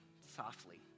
softly